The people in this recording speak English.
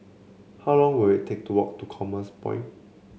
how long will it take to walk to Commerce Point